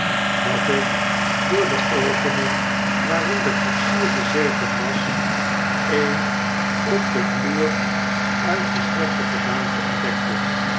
dat ik door de opening waarin de koetsier gezeten was een op den vloer uitgestrekte gedaante ontdekte